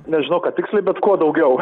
nežinau ką tiksliai bet kuo daugiau